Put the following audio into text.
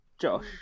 Josh